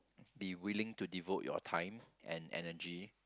be willing to devote your time and energy